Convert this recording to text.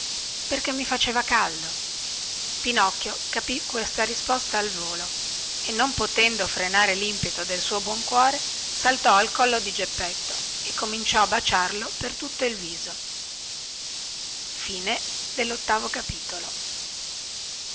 perché mi faceva caldo pinocchio capì questa risposta a volo e non potendo frenare limpeto del suo buon cuore saltò al collo di geppetto e cominciò a baciarlo per tutto il viso